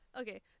Okay